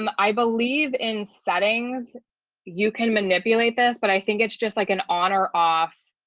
um i believe in settings you can manipulate this but i think it's just like an honor off.